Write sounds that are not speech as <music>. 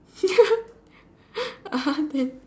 <laughs> (uh huh) then